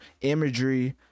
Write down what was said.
imagery